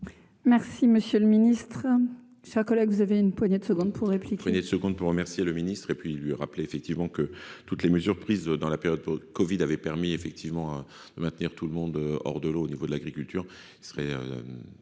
Merci, monsieur le Ministre, chers collègues, vous avez une poignée de secondes pour réplique.